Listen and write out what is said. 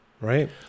right